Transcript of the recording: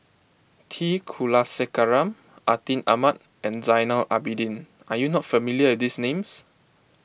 T Kulasekaram Atin Amat and Zainal Abidin are you not familiar with these names